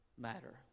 matter